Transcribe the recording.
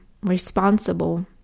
responsible